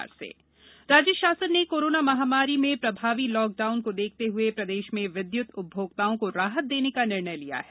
बिजली बिल राज्य शासन ने कोरोना महामारी में प्रभावी लॉकडाउन को देखते हुए प्रदेश में विद्युत उपभोक्ताओं को राहत देने का निर्णय लिया है